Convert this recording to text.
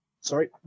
sorry